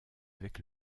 avec